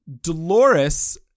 Dolores